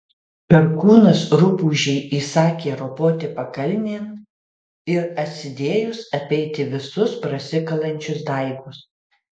perkūnas rupūžei įsakė ropoti pakalnėn ir atsidėjus apeiti visus prasikalančius daigus